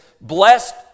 blessed